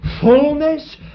Fullness